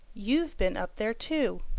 you've been up there too!